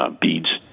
beads